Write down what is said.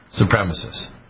supremacists